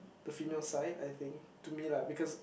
the female side I think to me lah because